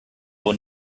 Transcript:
will